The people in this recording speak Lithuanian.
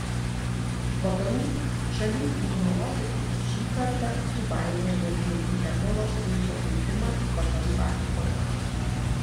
vakarų šalių imunologai šį kartą su baime žvelgė į ebolos viruso plitimą vakarų afrikoje